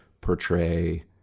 portray